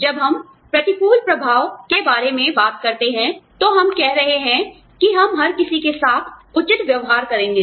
जब हम प्रतिकूल प्रभाव के बारे में बात करते हैं तो हम कह रहे हैं कि हम हर किसी के साथ उचित व्यवहार करेंगे